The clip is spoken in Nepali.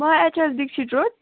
म एचएल दिक्षीत रोड